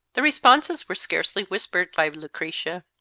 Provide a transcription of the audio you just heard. the responses were scarcely whispered by lucretia.